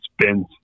spins